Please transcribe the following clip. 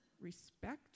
respect